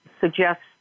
suggests